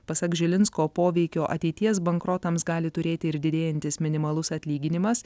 pasak žilinsko poveikio ateities bankrotams gali turėti ir didėjantis minimalus atlyginimas